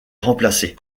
remplacé